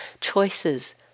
choices